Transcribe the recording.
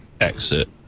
exit